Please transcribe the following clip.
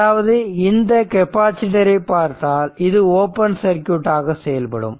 அதாவது இந்த கெபாசிட்டர் ஐ பார்த்தால் இது ஓபன் சர்க்யூட் செயல்படும்